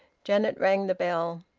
janet rang the bell.